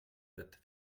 têtes